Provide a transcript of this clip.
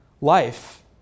Life